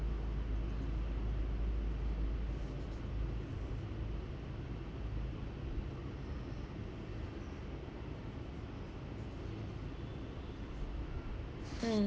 mm